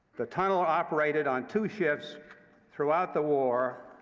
the tunnel operated on two shifts throughout the war,